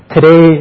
Today